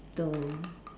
to